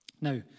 Now